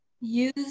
use